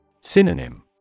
Synonym